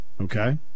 Okay